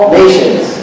nations